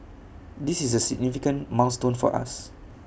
this is A significant milestone for us